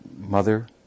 Mother